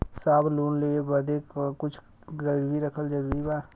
साहब लोन लेवे खातिर कुछ गिरवी रखल जरूरी बा?